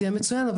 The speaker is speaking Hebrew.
זה יהיה מצוין,